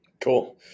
Cool